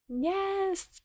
Yes